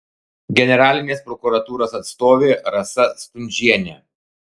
generalinės prokuratūros atstovė rasa stundžienė